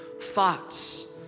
thoughts